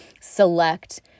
select